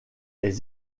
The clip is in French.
les